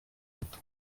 moto